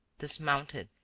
dismounted,